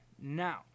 now